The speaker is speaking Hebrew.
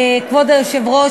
כבוד היושב-ראש,